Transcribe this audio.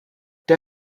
der